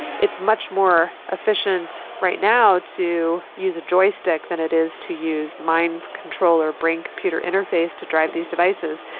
it's much more efficient right now to use a joystick than it is to use mind control or brain-computer interface to drive these devices.